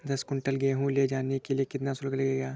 दस कुंटल गेहूँ ले जाने के लिए कितना शुल्क लगेगा?